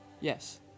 Yes